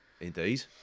indeed